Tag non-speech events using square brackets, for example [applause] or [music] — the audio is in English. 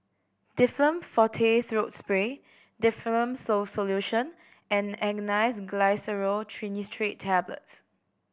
Difflam Forte Throat Spray Difflam So Solution and [unintelligible] Glyceryl Trinitrate Tablets